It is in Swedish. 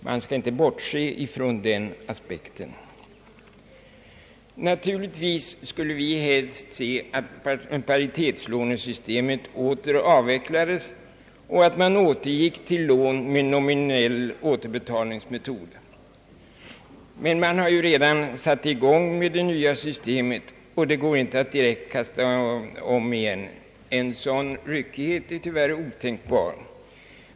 Man skall inte bortse från den aspekten. Naturligtvis skulle vi helst se att paritetslånesystemet åter avvecklades och att man återgick till lån med nominell återbetalningsmetod, men man har ju redan satt i gång med det nya systemet, och det går inte att direkt kasta om igen — en sådan ryckighet är tyvärr otänkbar.